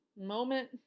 moment